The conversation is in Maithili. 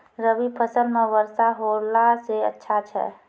रवी फसल म वर्षा होला से अच्छा छै?